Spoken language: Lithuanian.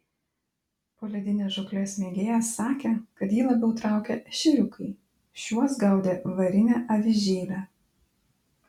poledinės žūklės mėgėjas sakė kad jį labiau traukia ešeriukai šiuos gaudė varine avižėle